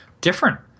different